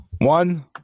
One